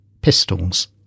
pistols